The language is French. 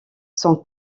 son